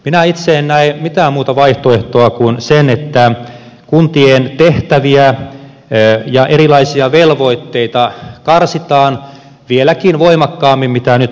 minä itse en näe mitään muuta vaihtoehtoa kuin sen että kuntien tehtäviä ja erilaisia velvoitteita karsitaan vieläkin voimakkaammin kuin mitä nyt hallitus esittää